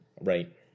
Right